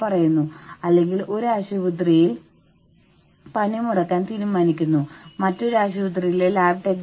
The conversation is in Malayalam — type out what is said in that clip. സംഘടന അവരോട് എങ്ങനെ പെരുമാറുന്നു എന്നതിൽ അവർക്ക് സംതൃപ്തി തോന്നുന്നു